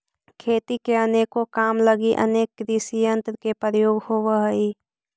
खेती के अनेको काम लगी अनेक कृषियंत्र के प्रयोग होवऽ हई